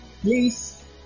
Please